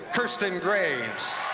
kirsten graves